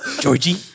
Georgie